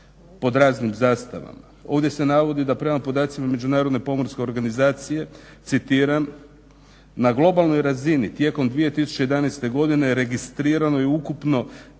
pod raznim zastavama. Ovdje se navodi da prema podacima Međunarodne pomorske organizacije "na globalnoj razini tijekom 2011. godine registrirano je ukupno